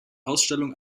ausstellung